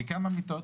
לכמה מיטות?